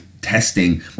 testing